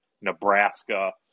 Nebraska